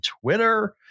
Twitter